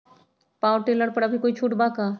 Power tiller पर अभी कोई छुट बा का?